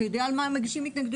אתה יודע על מה הם מגישים התנגדויות,